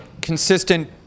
consistent